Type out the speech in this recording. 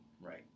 Right